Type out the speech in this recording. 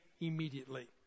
immediately